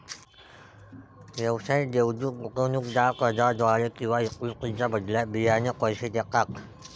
व्यावसायिक देवदूत गुंतवणूकदार कर्जाद्वारे किंवा इक्विटीच्या बदल्यात बियाणे पैसे देतात